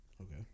Okay